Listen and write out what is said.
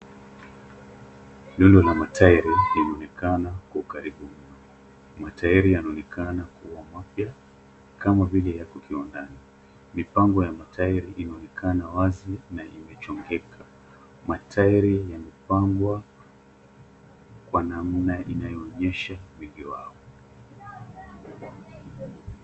Rundo la matairi linaonekana kwa ukaribu mno. Matairi yanaonekana kuwa mapya kama vile yako kiwandani. Mipango ya matairi inaonekana wazi na imechongeka. Matairi yamepangwa kwa namna inayoonyesha wingi wao.